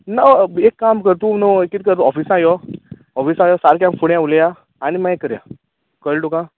ना ऑ एक काम कर तूं न्हय किद कर ऑफिसा यो ऑफिसा यो सारकें फुडें उलोया आनी मागीर करया कळ्ळें तुका